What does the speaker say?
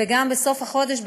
וגם בסוף החודש,